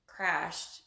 Crashed